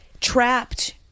trapped